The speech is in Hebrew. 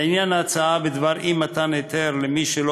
לעניין ההצעה בדבר אי-מתן היתר למי שלא